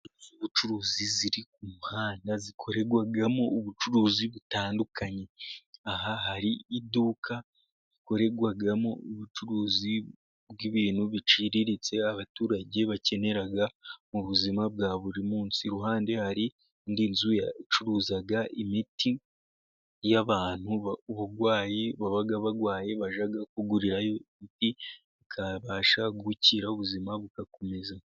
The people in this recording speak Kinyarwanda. Inzu z'ubucuruzi ziri ku muhanda zikorerwamo ubucuruzi butandukanye ,aha hari iduka rikorerwamo ubucuruzi bw'ibintu biciriritse abaturage bakenera mu buzima bwa buri munsi ,iruhande hari indi nzu icuruza imiti y'abantu, abarwayi baba barwaye bajya kugurirayo imiti bakabasha gukira ubuzima bugakomeza.